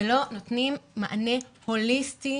ולא נותנים מענה הוליסטי